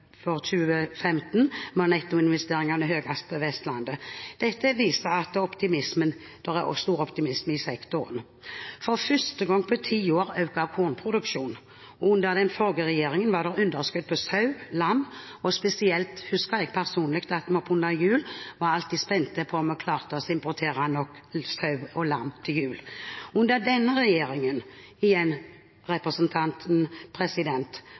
for 2015 var nettoinvesteringene høyest på Vestlandet. Dette viser at det er stor optimisme i sektoren. For første gang på ti år øker kornproduksjonen. Under den forrige regjeringen var det underskudd på sau og lam, og spesielt husker jeg personlig at oppunder jul var vi alltid spent på om vi klarte å importere nok sau og lam. Under denne regjeringen – og jeg håper igjen representanten